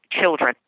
children